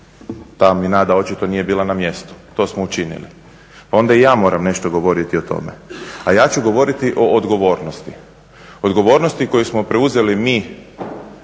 ta mi nada očito nije bila na mjestu, to smo učinili. Onda i ja moram nešto govoriti o tome. A ja ću govoriti o odgovornosti, odgovornosti koju smo preuzeli mi